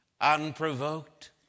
unprovoked